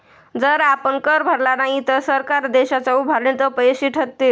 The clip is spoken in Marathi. जर आपण कर भरला नाही तर सरकार देशाच्या उभारणीत अपयशी ठरतील